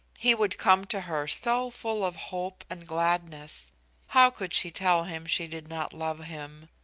he would come to her so full of hope and gladness how could she tell him she did not love him?